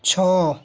ଛଅ